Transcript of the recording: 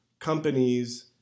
companies